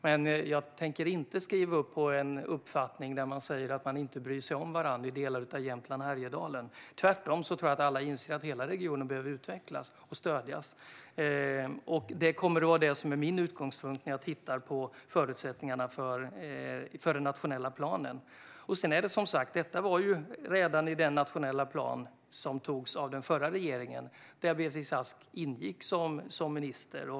Men jag tänker inte skriva under på en uppfattning att man inte bryr sig om varandra i delar av Jämtland och Härjedalen. Tvärtom tror jag att alla inser att hela regionen behöver utvecklas och stödjas. Det kommer att vara min utgångspunkt när jag tittar på förutsättningarna för den nationella planen. Detta var redan med i den nationella plan som antogs av den förra regeringen där Beatrice Ask ingick som minister.